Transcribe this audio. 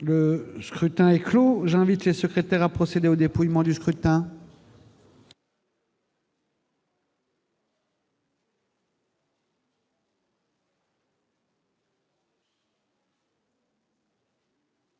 Le scrutin est clos. J'invite Mmes et MM. les secrétaires à procéder au dépouillement du scrutin.